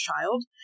child